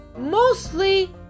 mostly